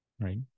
right